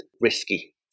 risky